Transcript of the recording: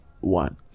one